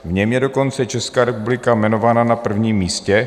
V něm je dokonce Česká republika jmenována na prvním místě.